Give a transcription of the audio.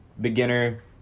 beginner